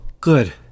good